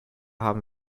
haben